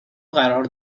قرار